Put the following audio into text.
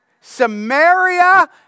Samaria